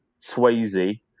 Swayze